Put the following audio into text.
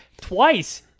twice